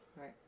Right